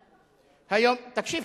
תקשיב,